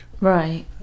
Right